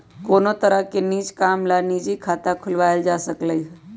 कोनो तरह के निज काम ला निजी खाता खुलवाएल जा सकलई ह